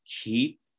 keep